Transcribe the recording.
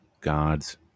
God's